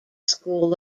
school